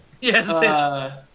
Yes